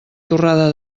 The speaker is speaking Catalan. torrada